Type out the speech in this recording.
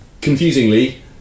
confusingly